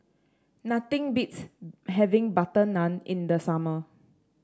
nothing beats having butter naan in the summer